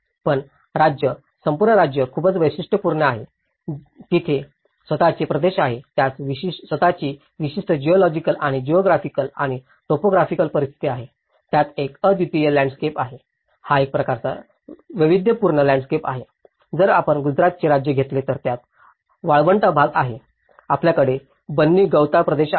पण राज्य संपूर्ण राज्य खूपच वैविध्यपूर्ण आहे तिचे स्वतःचे प्रदेश आहेत त्यास स्वतःची विशिष्ट जिऑलॉजिकल आणि जिऑग्राफिकल आणि टोपोग्राफिकल परिस्थिती आहे त्यात एक अद्वितीय लँडस्केप आहे हा एक अतिशय वैविध्यपूर्ण लँडस्केप आहे जर आपण गुजरातचे राज्य घेतले तर त्यात वाळवंटा भाग आहे आपल्याकडे बन्नी गवताळ प्रदेश आहेत